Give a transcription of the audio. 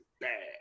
bad